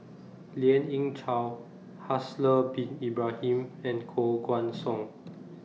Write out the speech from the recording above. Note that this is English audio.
Lien Ying Chow Haslir Bin Ibrahim and Koh Guan Song